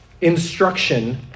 instruction